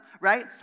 right